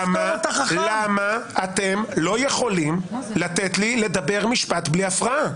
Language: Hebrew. למה אתם לא יכולים לתת לי לדבר משפט בלי הפרעה?